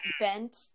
bent